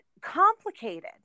complicated